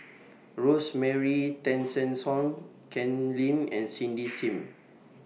Rosemary Tessensohn Ken Lim and Cindy SIM